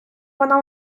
вона